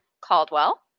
Caldwell